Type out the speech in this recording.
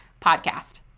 Podcast